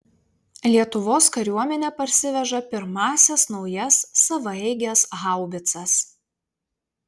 lietuvos kariuomenė parsiveža pirmąsias naujas savaeiges haubicas